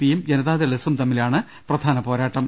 പിയും ജനതാദൾ എസും തമ്മിലാണ് പ്രധാന പോരാട്ടം